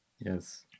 Yes